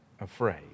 afraid